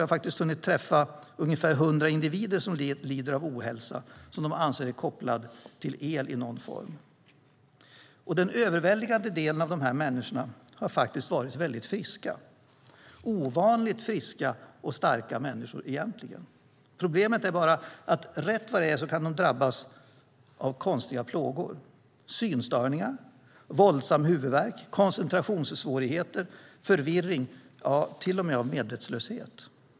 Själv har jag hunnit träffa ungefär hundra individer som lider av ohälsa som de anser är kopplad till el i någon form. Den överväldigande delen av dessa människor har varit väldigt friska - ovanligt friska och starka människor egentligen. Problemet är bara att de rätt vad det är kan drabbas av konstiga plågor, som synstörningar, våldsam huvudvärk, koncentrationssvårigheter, förvirring och till och med medvetslöshet.